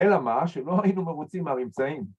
‫אלא מה? שלא היינו מרוצים ‫מהממצאים.